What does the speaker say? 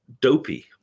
dopey